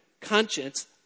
Conscience